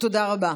תודה רבה.